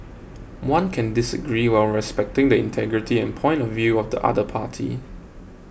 one can disagree while respecting the integrity and point of view of the other party